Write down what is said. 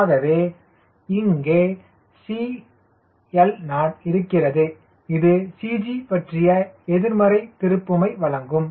ஆகவே இங்கே 𝐶LO இருக்கிறது இது CG பற்றிய எதிர்மறை திருப்புமை வழங்கும்